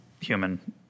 human